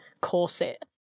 corset